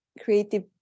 Creative